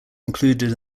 included